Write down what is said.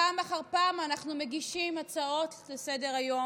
פעם אחר פעם אנחנו מגישים הצעות לסדר-היום,